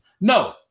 No